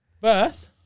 Birth